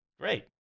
Great